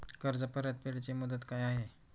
कर्ज परतफेड ची मुदत काय आहे?